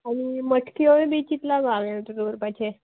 आनी मटक्योय बी चितला गो हावेन दवरपाचें